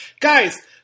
Guys